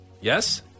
yes